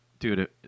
Dude